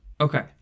Okay